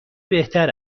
بهتر